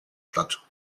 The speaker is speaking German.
statt